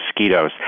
mosquitoes